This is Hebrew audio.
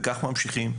וכך ממשיכים.